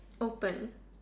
open